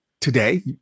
today